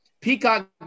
Peacock